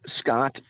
Scott